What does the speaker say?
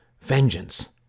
vengeance